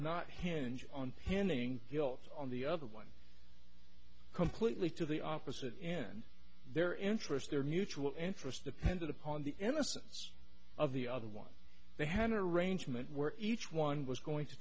not hinge on pending guilt on the other one completely to the opposite in their interest their mutual interest depended upon the innocence of the other one they had a arrangement where each one was going to